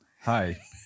Hi